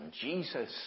Jesus